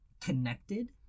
connected